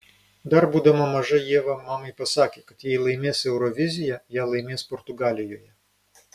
dar būdama maža ieva mamai pasakė kad jei laimės euroviziją ją laimės portugalijoje